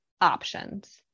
options